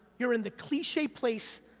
you're in the cliche place,